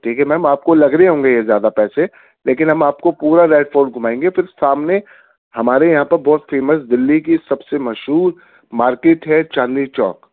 ٹھیک ہے میم آپ کو لگ رہے ہوں گے یہ زیادہ پیسے لیکن ہم آپ کو پورا ریڈ فورٹ گُھمائیں گے پھر سامنے ہمارے یہاں پر بہت فیمس دلّی کی سب سے مشہور مارکیٹ ہے چاندنی چوک